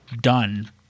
done